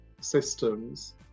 systems